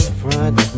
front